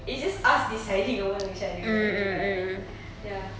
it's just us deciding among each other you know that kind of thing ya